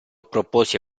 proposi